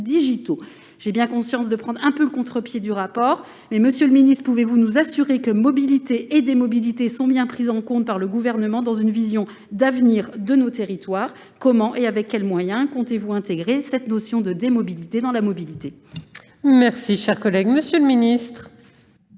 digitaux. J'ai bien conscience de prendre un peu le contre-pied du rapport, mais, monsieur le secrétaire d'État, pouvez-vous nous assurer que mobilité et « démobilité » sont bien prises en compte par le Gouvernement dans une vision d'avenir de nos territoires ? Comment, et avec quels moyens, comptez-vous intégrer cette notion de « démobilité » dans la mobilité ? La parole est à M. le secrétaire